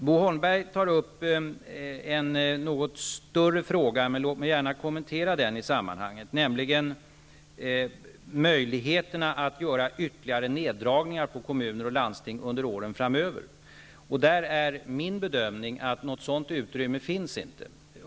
Bo Holmberg tar upp en något större fråga, men låt mig gärna kommentera den i sammanhanget, nämligen möjligheterna att göra ytterligare indragningar från kommuner och landsting under åren framöver. Min bedömning är att något sådant utrymme inte finns.